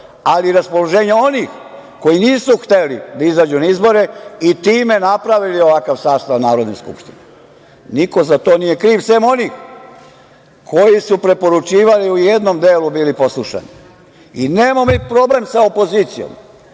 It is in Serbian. ali i raspoloženje onih koji nisu hteli da izađu na izbore i time su napravili ovakav sastav Narodne skupštine. Niko za to nije kriv sem onih koji su preporučivali i koji su u jednom delu bili poslušani. Nemamo mi problem sa opozicijom.